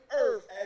earth